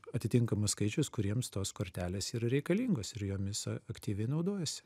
atitinkamas skaičius kuriems tos kortelės yra reikalingos ir jomis aktyviai naudojasi